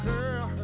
Girl